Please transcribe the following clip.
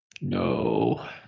No